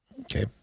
Okay